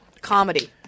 Comedy